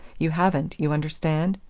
you haven't, you understand?